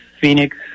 Phoenix